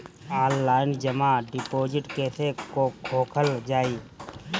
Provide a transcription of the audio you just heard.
Online जमा deposit कैसे खोलल जाइ?